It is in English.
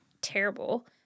terrible